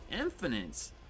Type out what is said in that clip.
Infinite